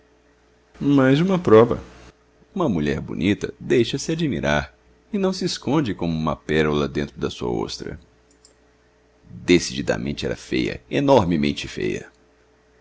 mais uma prova uma mulher bonita deixa-se admirar e não se esconde como uma pérola dentro da sua ostra decididamente era feia enormemente feia